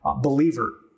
believer